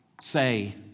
say